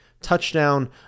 touchdown